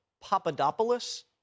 Papadopoulos